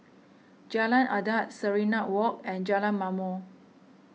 Jalan Adat Serenade Walk and Jalan Ma'mor